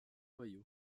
ohio